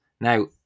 Now